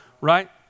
right